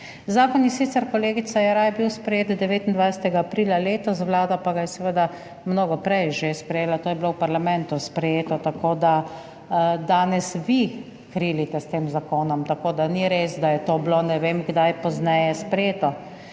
Zakon je sicer, kolegica Jeraj, je bil sprejet 29. aprila letos, Vlada pa ga je seveda mnogo prej že sprejela, to je bilo v parlamentu sprejeto, tako da danes vi krilite s tem zakonom tako da ni res, da je to bilo ne vem kdaj pozneje sprejeto.